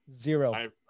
Zero